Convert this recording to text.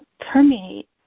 permeate